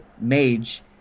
mage